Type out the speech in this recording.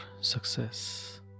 success